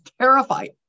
terrified